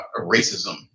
racism